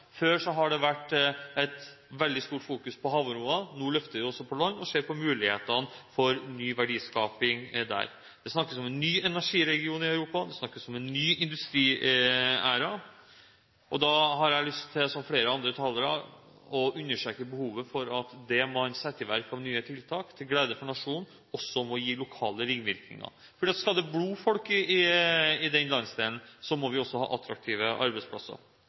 Før har det vært et veldig stort fokus på havområdene, nå løfter vi det på land og ser på mulighetene for ny verdiskaping der. Det snakkes om en ny energiregion i Europa, det snakkes om en ny industriæra, og da har jeg lyst til, som flere andre talere, å understreke behovet for at det man setter i verk av nye tiltak, til glede for nasjonen, også må gi lokale ringvirkninger. For skal det bo folk i denne landsdelen, må vi også ha attraktive arbeidsplasser.